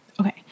Okay